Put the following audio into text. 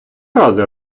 рази